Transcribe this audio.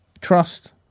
trust